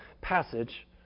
passage